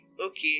Okay